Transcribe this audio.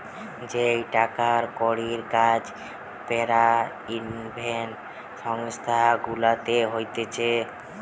যেই টাকার কড়ির কাজ পেরাইভেট সংস্থা গুলাতে হতিছে